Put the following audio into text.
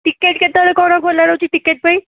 ticket କେତେବେଳେ କ'ଣ ଖୋଲା ରହୁଛି ଟିକେଟ୍ ପାଇଁ